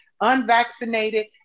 unvaccinated